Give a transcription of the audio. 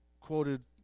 quoted